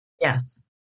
Yes